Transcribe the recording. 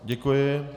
Děkuji.